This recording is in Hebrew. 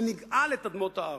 שנגאל את אדמות הארץ.